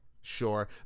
Sure